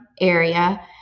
area